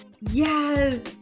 yes